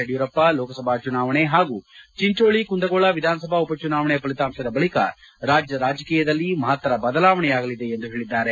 ಯಡಿಯೂರಪ್ಪ ಲೋಕಸಭಾ ಚುನಾವಣೆ ಹಾಗೂ ಚಿಂಚೋಳಿ ಕುಂದುಗೋಳ ವಿಧಾನಸಭಾ ಉಪ ಚುನಾವಣೆ ಫಲಿತಾಂಶದ ಬಳಿಕ ರಾಜ್ಯ ರಾಜಕೀಯದಲ್ಲಿ ಮಹತ್ತರ ಬದಲಾವಣೆಯಾಗಲಿದೆ ಎಂದು ಹೇಳಿದ್ದಾರೆ